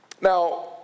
Now